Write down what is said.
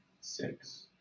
six